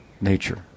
nature